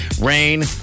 rain